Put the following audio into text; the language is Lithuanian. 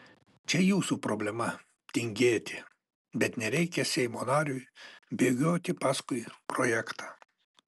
čia jūsų problema tingėti bet nereikia seimo nariui bėgioti paskui projektą